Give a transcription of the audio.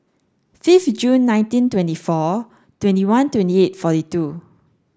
fifth Jun nineteen twenty four twenty one twenty eight forty two